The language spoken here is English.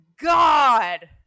God